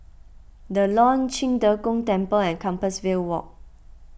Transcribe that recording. the Lawn Qing De Gong Temple and Compassvale Walk